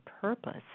purpose